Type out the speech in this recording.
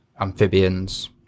amphibians